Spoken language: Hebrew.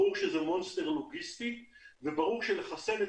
ברור שזה מונסטר לוגיסטי וברור שלחסן את